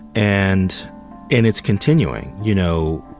and and it's continuing, you know.